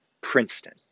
Princeton